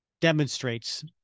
demonstrates